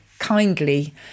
kindly